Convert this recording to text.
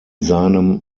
seinem